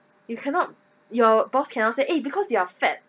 you cannot your boss cannot say eh because you are fat